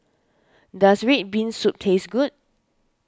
does Red Bean Soup taste good